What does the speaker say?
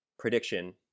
prediction